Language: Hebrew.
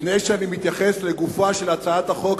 לפני שאני מתייחס לגופה של הצעת החוק,